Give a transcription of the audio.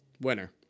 Winner